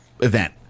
event